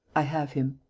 i have him.